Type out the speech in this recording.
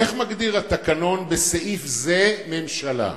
איך מגדיר התקנון בסעיף זה ממשלה?